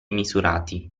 misurati